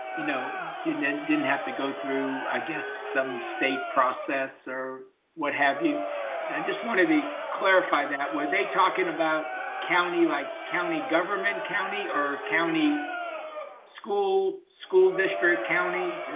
you know, didn't didn't have to go through, i guess, some state process or what have you. and i just wanted to clarify that, were they talking about county, like county government county or county school, school district county